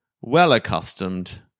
well-accustomed